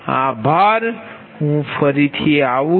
આભાર હું ફરીથી આવું છું